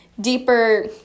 deeper